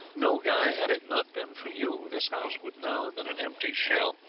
no, guy, had it not been for you this house would now have been an empty shell,